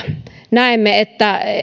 näemme että